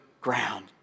ground